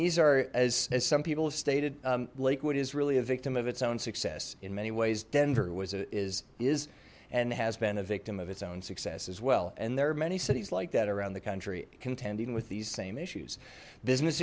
these are as as some people have stated lakewood is really a victim of its own success in many ways denver was is is and has been a victim of its own success as well and there are many cities like that around the country contending with these same issues business